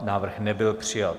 Návrh nebyl přijat.